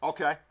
Okay